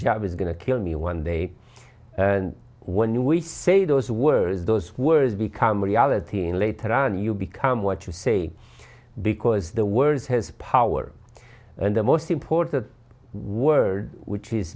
job is going to kill me one day when we say those words those words become reality and later on you become what you say because the world has power and the most important word which